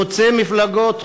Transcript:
חוצה מפלגות,